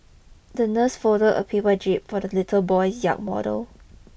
the nurse folded a paper jib for the little boy's yacht model